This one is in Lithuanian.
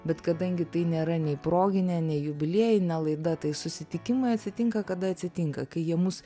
bet kadangi tai nėra nei proginė nei jubiliejinė laida tai susitikimai atsitinka kada atsitinka kai jie mus